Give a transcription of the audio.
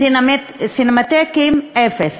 סינמטקים, אפס.